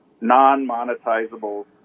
non-monetizable